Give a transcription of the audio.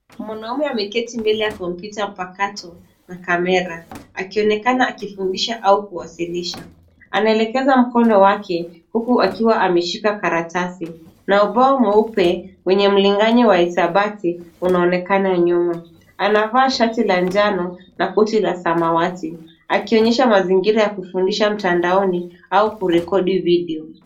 Mwanaume ameketi mbele ya kompyuta mpakato na kamera. Akionekana akifundisha au kuwasilisha anaelekeza mkono wake huku akiwa ameshika karatasi na ubao mweupe wenye mlinganyo wa hisabati unaonekana nyuma. Anafaa shati la njano na koti la samawati akionyesha mazingira ya kufundisha mtandaoni au kurekodi video .